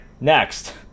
next